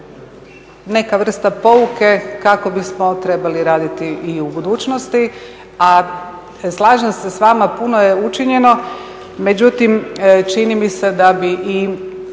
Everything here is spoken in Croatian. neka vrsta pouke kako bismo trebali raditi i u budućnosti. Slažem se s vama, puno je učinjeno, međutim čini mi se da bi i